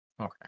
Okay